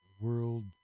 World